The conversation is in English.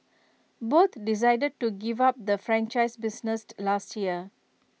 both decided to give up the franchise business last year